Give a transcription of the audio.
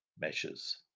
measures